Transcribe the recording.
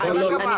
הממשלה קבעה.